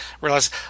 realize